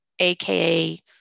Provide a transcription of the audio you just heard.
AKA